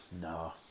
no